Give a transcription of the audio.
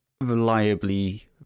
reliably